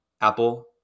Apple